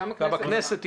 גם הכנסת תיתן.